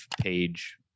page